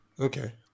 Okay